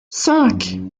cinq